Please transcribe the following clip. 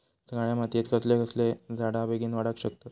काळ्या मातयेत कसले झाडा बेगीन वाडाक शकतत?